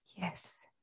Yes